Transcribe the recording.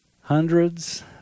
hundreds